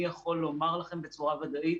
אני יכול לומר לכם בצורה ודאית: